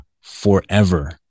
forever